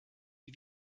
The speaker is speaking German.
die